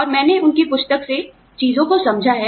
और मैंने उनकी पुस्तक से चीजों को समझा है